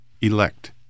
Elect